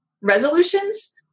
resolutions